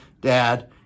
Dad